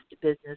business